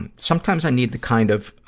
and sometimes, i need the kind of ah,